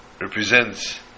represents